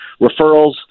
Referrals